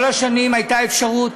כל השנים הייתה אפשרות,